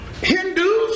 Hindus